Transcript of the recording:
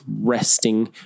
resting